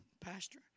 Pastor